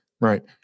right